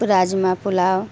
rajma pulao